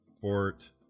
fort